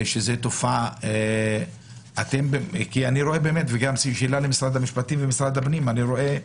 יש לי שאלה גם למשרד המשפטים ולמשרד הפנים,